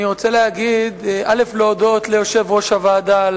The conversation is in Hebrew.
אני רוצה להודות ליושב-ראש הוועדה,